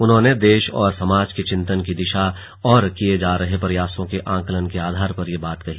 उन्होंने देश और समाज की चिंतन की दिशा और किये जा रहे प्रयासों के आकलन के आधार पर ये बात कही